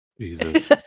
Jesus